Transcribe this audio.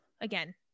again